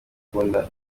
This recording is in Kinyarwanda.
ukunda